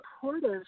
supportive